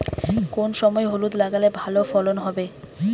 কোন সময় হলুদ লাগালে ভালো ফলন হবে?